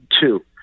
Two